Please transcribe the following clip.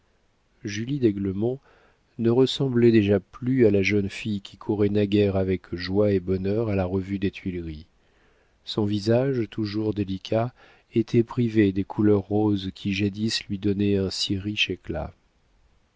julie d'aiglemont ne ressemblait déjà plus à la jeune fille qui courait naguère avec joie et bonheur à la revue des tuileries son visage toujours délicat était privé des couleurs roses qui jadis lui donnaient un si riche éclat